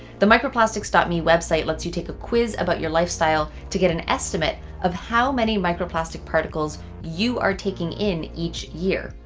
the microplastic's dot me website lets you take a quiz about your lifestyle to get an estimate of how many microplastic particles you are taking in each year.